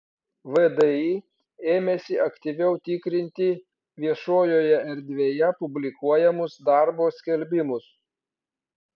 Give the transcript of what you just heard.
vdi ėmėsi aktyviau tikrinti viešojoje erdvėje publikuojamus darbo skelbimus